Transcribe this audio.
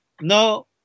no